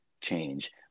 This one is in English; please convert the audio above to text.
change